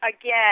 again